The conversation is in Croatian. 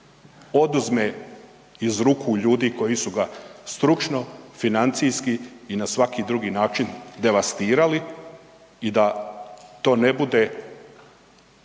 oduzme iz ruku ljudi koji su ga stručno, financijski i na svaki drugi način devastirali i da to ne bude